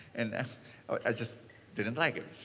and i just didn't like it.